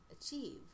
achieve